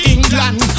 England